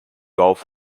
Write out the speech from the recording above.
golf